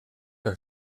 een